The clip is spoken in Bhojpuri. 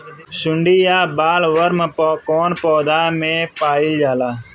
सुंडी या बॉलवर्म कौन पौधा में पाइल जाला?